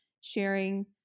sharing